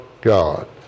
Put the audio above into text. God